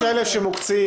יש 1,000 שמוקצים.